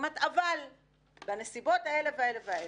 ואומרת אבל בנסיבות האלה והאלה.